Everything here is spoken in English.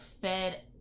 fed